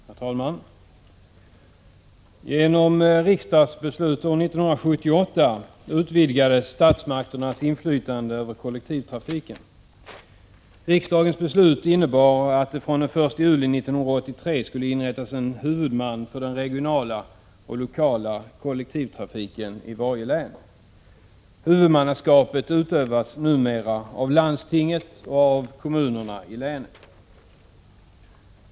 Herr talman! Genom riksdagsbeslut år 1978 utvidgades statsmakternas inflytande över kollektivtrafiken. Riksdagens beslut innebar att det den 1 juli 1983 skulle inrättas en huvudman för den regionala och lokala kollektivtrafiken i varje län. Huvudmannaskapet utövas numera av landstinget och kommunerna i länen.